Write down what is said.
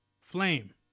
Flame